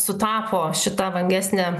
sutapo šita vangesnė